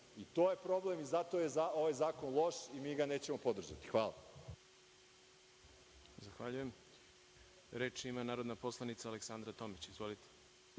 to je problem. Zato je ovaj zakon loš i mi ga nećemo podržati. Hvala. **Đorđe Milićević** Zahvaljujem. Reč ima narodna poslanica Aleksandra Tomić. Izvolite.